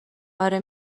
آره